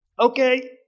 Okay